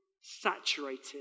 saturated